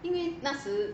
因为那时